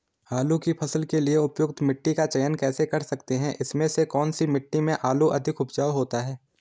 आलू की फसल के लिए उपयुक्त मिट्टी का चयन कैसे कर सकते हैं इसमें से कौन सी मिट्टी में आलू अधिक उपजाऊ होता है?